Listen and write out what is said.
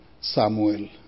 Samuel